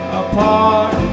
apart